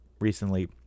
recently